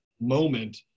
moment